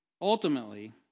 Ultimately